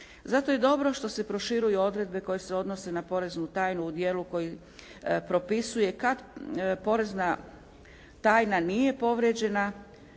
Zato je dobro što se proširuju odredbe koje se odnose na poreznu tajnu u dijelu koji propisuje kad porezna tajna nije povrijeđena?